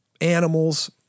animals